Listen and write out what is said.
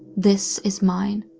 this is mine.